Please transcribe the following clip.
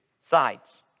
sides